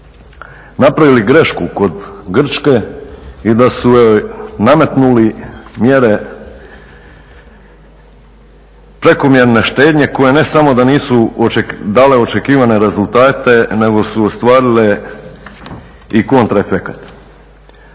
napravili grešku kod Grčke i da su joj nametnuli mjere prekomjerne štednje koje ne samo da nisu dale očekivane rezultate, nego su ostvarile i kontraefekat.